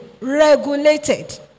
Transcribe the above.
Regulated